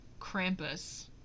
Krampus